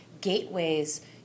gateways